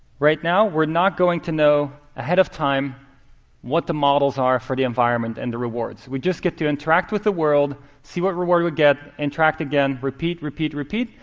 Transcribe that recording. right now, we're not going to know ahead of time what the models are for the environment and the rewards. we just get to interact with the world, see what reward we get, interact again, repeat, repeat, repeat,